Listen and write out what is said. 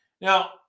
Now